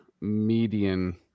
median